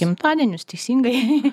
gimtadienius teisingai